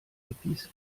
hippies